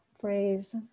phrase